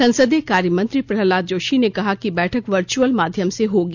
संसदीय कार्य मंत्री प्रहलाद जोशी ने कहा कि बैठक वर्चुअल माध्यम से होगी